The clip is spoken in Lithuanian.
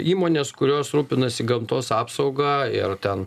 įmonės kurios rūpinasi gamtos apsauga ir ten